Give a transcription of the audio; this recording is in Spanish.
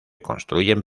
construyen